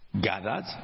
gathered